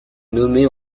nommée